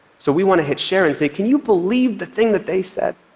so we want to hit share and say, can you believe the thing that they said?